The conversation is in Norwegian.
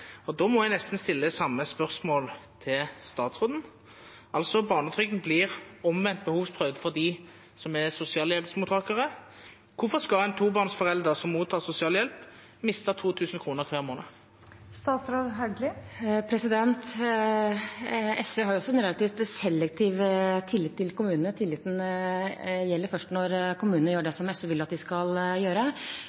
selvstyret. Da må jeg nesten stille samme spørsmål til statsråden: Barnetrygden blir omvendt behovdsprøvd for dem som er sosialhjelpsmottakere. Hvorfor skal en tobarnsforelder som mottar sosialhjelp, miste 2 000 kr hver måned? SV har jo også en relativt selektiv tillit til kommunene. Tilliten gjelder først når kommunene gjør det som SV vil at de